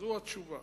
זאת התשובה.